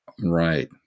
Right